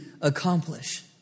accomplish